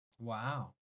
Wow